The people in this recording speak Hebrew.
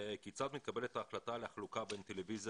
כיצד מתקבלת ההחלטה על החלוקה בין טלוויזיה